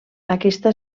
aquesta